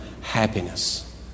happiness